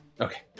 Okay